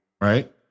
Right